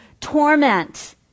torment